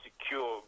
secure